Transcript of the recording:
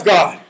God